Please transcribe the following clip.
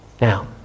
Now